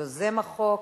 יוזם החוק,